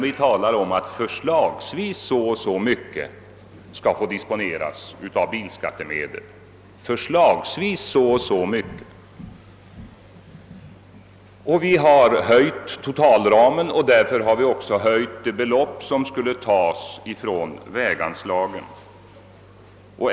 Vi talar om att förslagsvis — observera förslagsvis — så och så mycket skall få disponeras av bilskattemedel. Vi har höjt totalramen och därför också det belopp som skulle tas från bilskattemedlen.